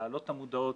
להעלות את המודעות,